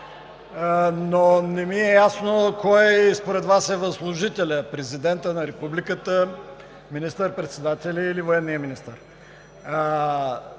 Не ми е ясно кой според Вас е възложителят – президентът на републиката, министър-председателят или военният министър?